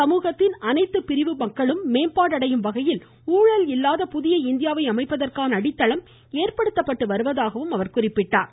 சமூகத்தின் அனைத்து பிரிவுகளும் மேம்பாடு அடையும் வகையில் ஊழல் இல்லாத புதிய இந்தியாவை அமைப்பதற்கான அடித்தளம் ஏற்படுத்தப்பட்டு வருவதாக கூறினார்